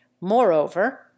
moreover